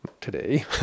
Today